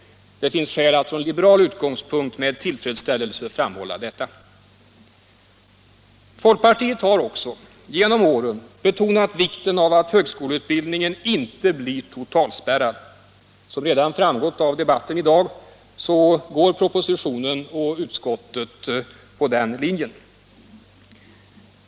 Det finns skäl att från liberal utgångspunkt med tillfredsställelse framhålla detta. Folkpartiet har även betonat vikten av att högskoleutbildningen inte blir totalspärrad. Som redan framgått av debatten i dag går också propositionen och utskottet på den linjen.